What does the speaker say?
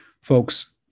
Folks